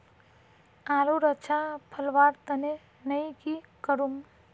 आलूर अच्छा फलवार तने नई की करूम?